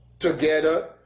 together